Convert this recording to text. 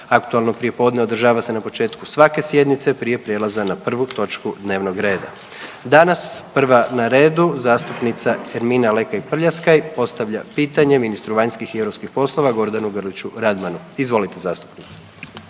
Aktualno prijepodne održava se na početku svake sjednice prije prelaza na prvu točku dnevnog reda. Danas prva na redu zastupnica Ermina Lekaj Prljaskaj postavlja pitanje ministru vanjskih i europskih poslova Gordanu Grliću Radmanu. Izvolite zastupnice.